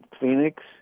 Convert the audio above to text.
Phoenix